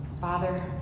father